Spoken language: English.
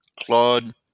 Claude